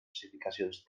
especificacions